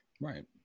Right